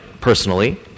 personally